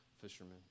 fishermen